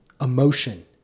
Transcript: emotion